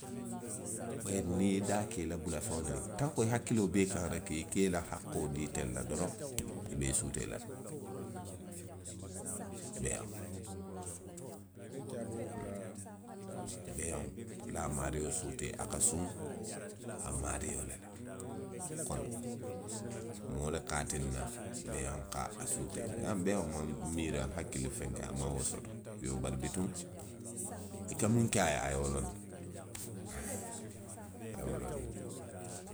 Niŋ i ye i daa ke i la bula feŋolu to, taŋ ko i hakkiloo be i kaŋ, i ka i la hakkoo dii i la doroŋ, i be i suutee la le. Beeyaŋo, beeyaŋo, a ka a maario suutee, a ka soŋ a maario le la. Koni, moo le ka a tinna beeyaŋo ka a suutee. Beeyaŋo maŋ i miira hakkili feŋ kaŋ a maŋ wo soto, bari bituŋo. i ka muŋ ke a ye a ye wo loŋ ne,, a ye wo loŋ ne.